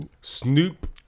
Snoop